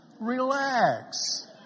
Relax